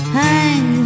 hang